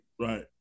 Right